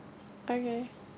okay